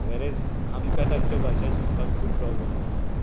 whereas आमकां तांची भाशा शिकपाक खूब प्रॉब्लम जाता